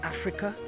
Africa